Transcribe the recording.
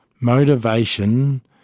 Motivation